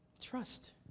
Trust